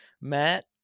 Matt